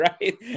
right